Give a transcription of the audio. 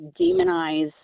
demonize